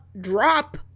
drop